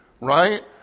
right